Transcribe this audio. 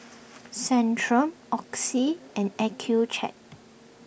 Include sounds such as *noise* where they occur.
*noise* Centrum Oxy and Accucheck